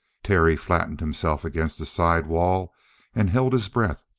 terry flattened himself against the side wall and held his breath.